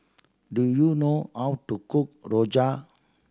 do you know how to cook rojak